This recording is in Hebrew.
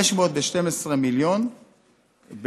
512 מיליון,